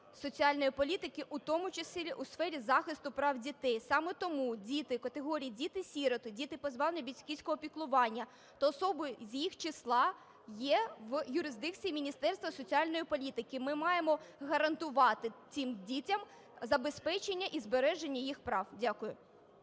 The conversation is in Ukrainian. соціальної політики, у тому числі у сфері захисту прав дітей. Саме тому діти категорій діти-сироти, діти, позбавлені батьківського піклування, та особи з їх числа є в юрисдикції Міністерства соціальної політики. Ми маємо гарантувати тим дітям забезпечення і збереження їх прав. Дякую.